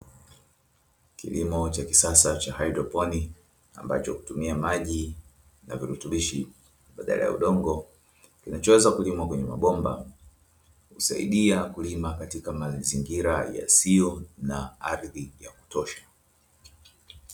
Kilimo cha kisasa cha haidroponi ambacho hutumia maji na virutubishi baadala ya udongo kinachoweza kulimwa kwenye mabomba husaidia kulima katika mazingira yasiyo na ardhi ya kutosha.